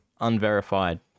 unverified